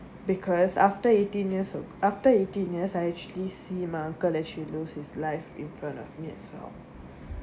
because after eighteen years after eighteen years I actually see my uncle actually lose his life in front of me as well